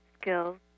skills